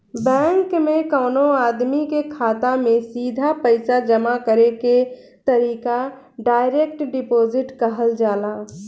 bank में कवनो आदमी के खाता में सीधा पईसा जामा करे के तरीका डायरेक्ट डिपॉजिट कहल जाला